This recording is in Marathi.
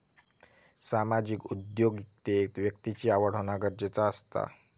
सामाजिक उद्योगिकतेत व्यक्तिची आवड होना गरजेचा असता